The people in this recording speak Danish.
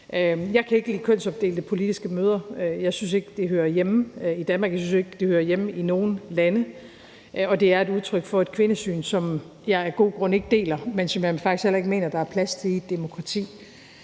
Jeg kan ikke lide kønsopdelte politiske møder. Jeg synes ikke, det hører hjemme i Danmark. Jeg synes ikke, det hører hjemme i nogen lande, og det er et udtryk for et kvindesyn, som jeg af gode grunde ikke deler, men som jeg faktisk heller ikke mener, der er plads til i et demokrati.